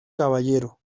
caballero